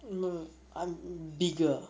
no no no I'm bigger